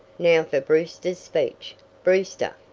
now, for brewster's speech brewster!